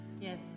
Yes